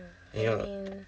you know